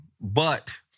but-